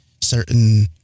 certain